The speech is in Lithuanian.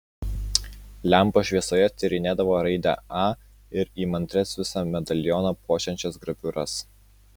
lempos šviesoje tyrinėdavo raidę a ir įmantrias visą medalioną puošiančias graviūras